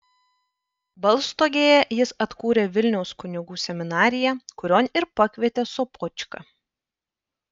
balstogėje jis atkūrė vilniaus kunigų seminariją kurion ir pakvietė sopočką